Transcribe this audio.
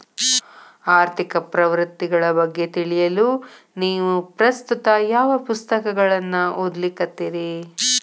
ಆರ್ಥಿಕ ಪ್ರವೃತ್ತಿಗಳ ಬಗ್ಗೆ ತಿಳಿಯಲು ನೇವು ಪ್ರಸ್ತುತ ಯಾವ ಪುಸ್ತಕಗಳನ್ನ ಓದ್ಲಿಕತ್ತಿರಿ?